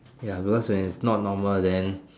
ya because if it's not normal then